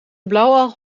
blauwalg